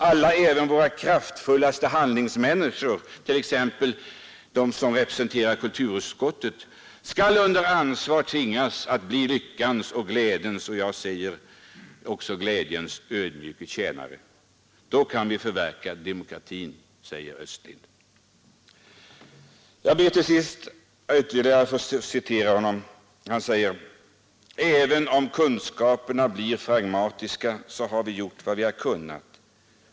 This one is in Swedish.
Alla — även våra kraftfullaste handlingsmänniskor, t.ex. de som representerar kulturutskottet — skall under ansvar tvingas att bli lyckans — och glädjens, säger jag — ödmjuka tjänare. — Då kan vi förverkliga demokratin, säger Östlind. Jag ber att ytterligare få citera honom. Han säger: ”Även om kunskaperna blir fragmatiska så har vi gjort vad vi kunnat.